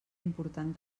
important